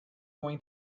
going